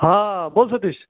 हां बोल सतीश